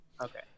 Okay